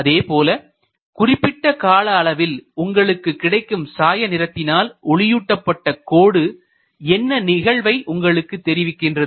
அதேபோல குறிப்பிட்ட கால அளவில் உங்களுக்கு கிடைக்கும் சாய நிறத்தினால் ஒளியூட்டப்பட்ட கோடு என்ன நிகழ்வை உங்களுக்கு தெரிவிக்கின்றது